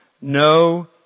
no